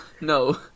No